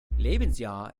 lebensjahr